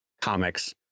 comics